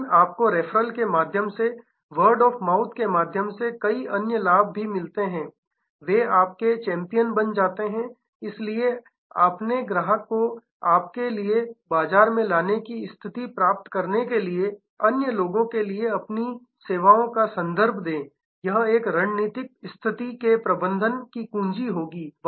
लेकिन आपको रेफरल के माध्यम से वर्ड ऑफ माउथ के माध्यम से कई अन्य लाभ भी मिलते हैं वे आपके चैंपियन बन जाते हैं और इसलिए अपने ग्राहक को आपके लिए बाजार में लाने की स्थिति प्राप्त करने के लिए अन्य लोगों के लिए अपनी सेवाओं का संदर्भ दें यह एक रणनीतिक स्थिति के प्रबंधन की कुंजी होगी